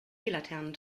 laternen